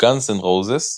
גאנס אנד רוזס,